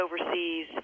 overseas